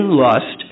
lust